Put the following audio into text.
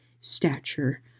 stature